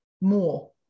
more